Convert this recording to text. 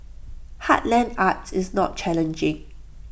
heartland arts is not challenging